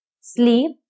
Sleep